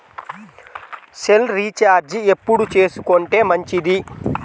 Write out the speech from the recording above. Cell recharge ఎప్పుడు చేసుకొంటే మంచిది?